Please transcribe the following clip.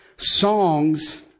Songs